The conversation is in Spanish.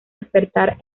despertar